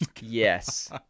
Yes